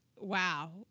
Wow